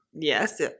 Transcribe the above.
Yes